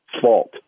fault